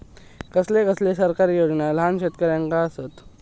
कसले कसले सरकारी योजना न्हान शेतकऱ्यांना आसत?